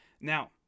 Now